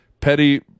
Petty